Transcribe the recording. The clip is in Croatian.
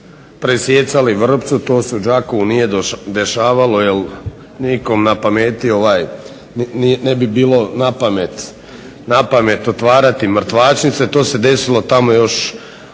presijecali vrpcu. To se u Đakovu nije dešavalo jer nikom na pameti ne bi bilo otvarati mrtvačnice. To se desilo tamo još za vrijeme